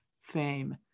fame